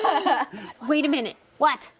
ah wait a minute. what?